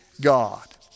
God